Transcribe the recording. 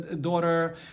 daughter